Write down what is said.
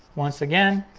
once again.